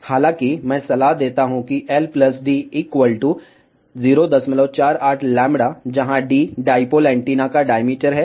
हालांकि मैं सलाह देता हूं कि l d 048λ जहां d डाईपोल एंटीना का डायमीटर है और l डाईपोल की लंबाई है